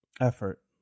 Effort